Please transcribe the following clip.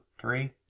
Three